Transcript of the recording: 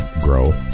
grow